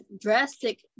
drastic